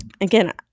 Again